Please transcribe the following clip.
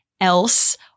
else